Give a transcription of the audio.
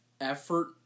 effort